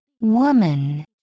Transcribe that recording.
woman